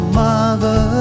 mother